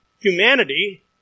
humanity